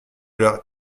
leur